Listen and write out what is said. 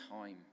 time